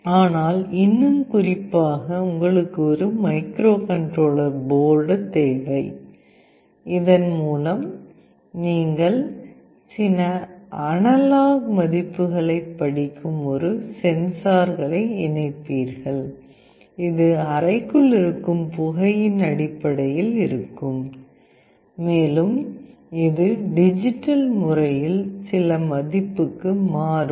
ஆனால் இன்னும் குறிப்பாக உங்களுக்கு ஒரு மைக்ரோகண்ட்ரோலர் போர்டு தேவை இதன் மூலம் நீங்கள் சில அனலாக் மதிப்புகளைப் படிக்கும் ஒரு சென்சாரை இணைப்பீர்கள் இது அறைக்குள் இருக்கும் புகையின் அடிப்படையில் இருக்கும் மேலும் இது டிஜிட்டல் முறையில் சில மதிப்புக்கு மாறும்